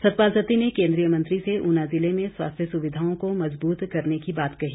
सतपाल सत्ती ने केन्द्रीय मंत्री से ऊना जिले में स्वास्थ्य सुविधाओं को मजबूत करने की बात कही